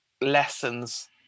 lessons